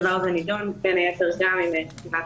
הדבר הזה נדון בין היתר גם עם אגף